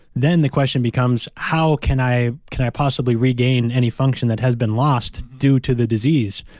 then the question becomes, how can i can i possibly regain any function that has been lost due to the disease?